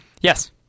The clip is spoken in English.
Yes